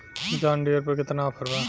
John Deere पर केतना offer बा?